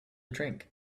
drink